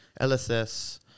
LSS